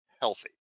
healthy